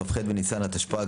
כ"ח בניסן התשפ"ג,